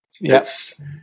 Yes